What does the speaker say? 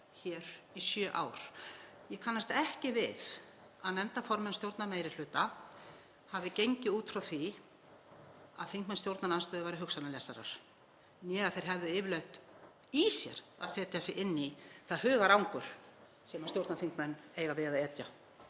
hér í sjö ár. Ég kannast ekki við að nefndarformenn stjórnarmeirihluta hafi gengið út frá því að þingmenn stjórnarandstöðu væru hugsanalesarar né að þeir hefðu yfirleitt í sér að setja sig inn í það hugarangur sem stjórnarþingmenn eiga við að etja